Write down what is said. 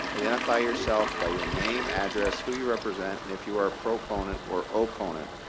identify yourself by your name, address, who you represent, and if you are a proponent or opponent.